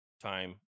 time